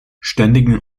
ständigen